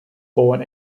born